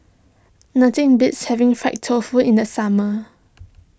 Nothing beats having Fried Tofu in the summer